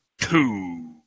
two